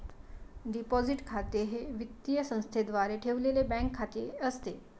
deposit खाते हे वित्तीय संस्थेद्वारे ठेवलेले बँक खाते असते